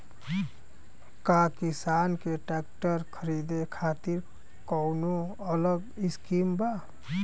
का किसान के ट्रैक्टर खरीदे खातिर कौनो अलग स्किम बा?